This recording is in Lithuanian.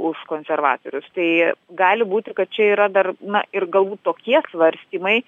už konservatorius tai gali būti kad čia yra dar na ir galbūt tokie svarstymai